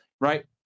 right